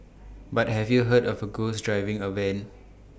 but have you heard of A ghost driving A van